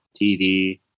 tv